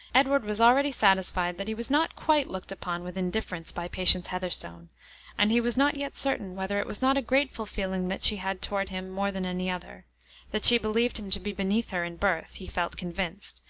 edward was already satisfied that he was not quite looked upon with indifference by patience heatherstone and he was not yet certain whether it was not a grateful feeling that she had toward him more than any other that she believed him to be beneath her in birth, he felt convinced,